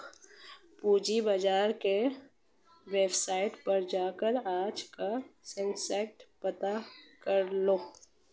पूंजी बाजार की वेबसाईट पर जाकर आज का सेंसेक्स पता करलो